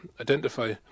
identify